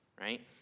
right